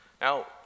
Now